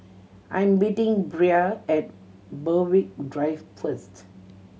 I'm meeting Brea at Berwick Drive first